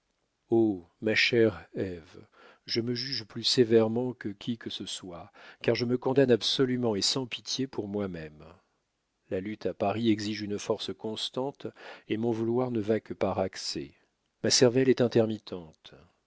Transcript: ma chère ève je me juge plus sévèrement que qui que ce soit car je me condamne absolument et sans pitié pour moi-même la lutte à paris exige une force constante et mon vouloir ne va que par excès ma cervelle est intermittente